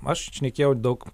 aš šnekėjau daug